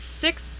six